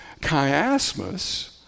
chiasmus